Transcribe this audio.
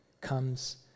comes